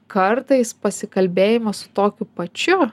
kartais pasikalbėjimas su tokiu pačiu